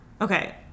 okay